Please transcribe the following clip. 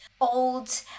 old